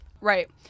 Right